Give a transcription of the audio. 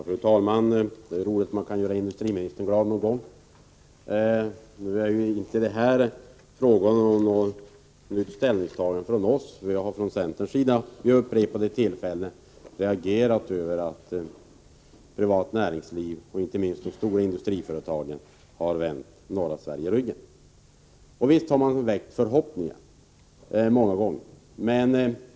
Fru talman! Det är roligt att man kan göra industriministern glad någon gång. Det är emellertid inte fråga om något nytt ställningstagande. Vi har från centerns sida vid upprepade tillfällen reagerat över att privat näringsliv — och inte minst de stora industriföretagen — har vänt norra Sverige ryggen. Visst har det väckts förhoppningar.